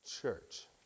Church